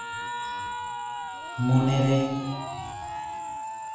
ᱢᱚᱱᱮᱨᱮ